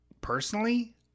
Personally